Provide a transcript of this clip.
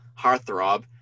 heartthrob